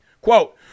Quote